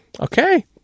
Okay